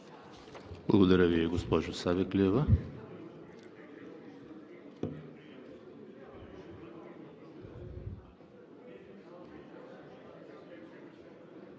Благодаря Ви, госпожо Савеклиева.